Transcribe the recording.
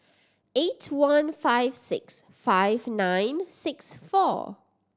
eight one five six five nine six four